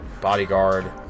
Bodyguard